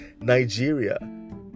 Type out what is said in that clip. Nigeria